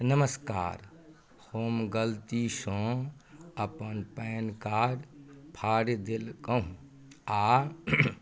नमस्कार हम गलतीसँ अपन पेन कार्ड फाड़ि देलकहुँ आओर